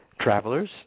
travelers